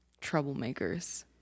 troublemakers